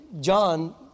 John